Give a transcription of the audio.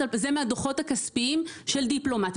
זה מהדו"חות הכספיים של דיפלומט.